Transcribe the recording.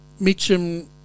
Mitchum